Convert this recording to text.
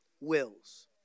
wills